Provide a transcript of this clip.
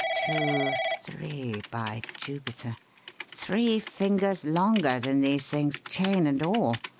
two, three, by jupiter three fingers longer than these things, chain and all.